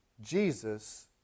Jesus